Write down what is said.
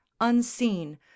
unseen